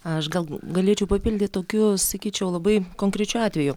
aš gal galėčiau papildyt tokiu sakyčiau labai konkrečiu atveju